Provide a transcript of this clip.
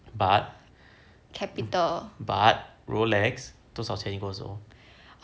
but but rolex 多少钱